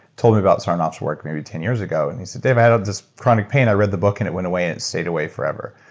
told me about sinoff's work maybe ten years ago and he said, dave, and this chronic pain, i read the book, and it went away, and it stayed away forever.